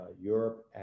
Europe